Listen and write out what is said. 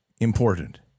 Important